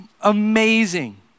amazing